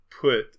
put –